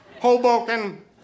Hoboken